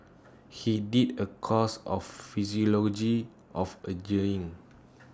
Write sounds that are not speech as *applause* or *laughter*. he did A course of *unintelligible* of ageing